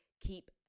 keep